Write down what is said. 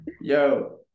Yo